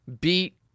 beat